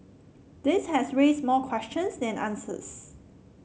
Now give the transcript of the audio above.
this has raised more questions than answers